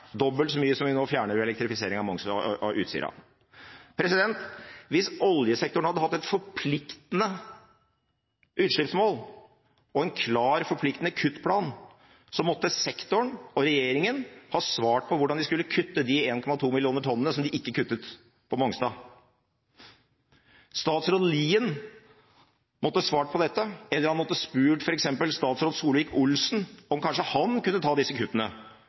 dobbelt så mye som vi nå fjerner ved elektrifisering av Utsira. Hvis oljesektoren hadde hatt et forpliktende utslippsmål og en klar, forpliktende kuttplan, måtte sektoren og regjeringen ha svart på hvordan de skulle kutte de 1,2 millioner tonnene som de ikke kuttet på Mongstad. Statsråd Lien måtte svart på dette, eller han måtte spurt f.eks. statsråd Solvik-Olsen om kanskje han kunne ta disse kuttene